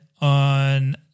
on